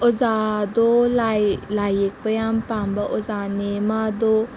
ꯑꯣꯖꯥꯗꯣ ꯂꯥꯏ ꯂꯥꯏꯌꯦꯛꯄ ꯌꯥꯝ ꯄꯥꯝꯕ ꯑꯣꯖꯥꯅꯦ ꯃꯥꯗꯣ